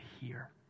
hear